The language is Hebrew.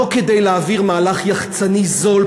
לא כדי להעביר מהלך יחצני זול,